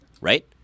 right